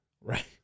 Right